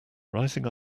rising